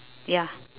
ya